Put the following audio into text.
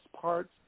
parts